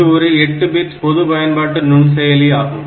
இது ஒரு 8 பிட் பொது பயன்பாட்டு நுண்செயலி ஆகும்